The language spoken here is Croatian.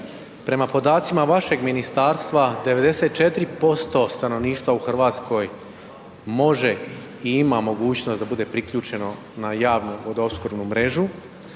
Prema podacima vašeg ministarstva 94% stanovništva u RH može i ima mogućnost da bude priključeno na javnu vodoopskrbnu mrežu,